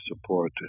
support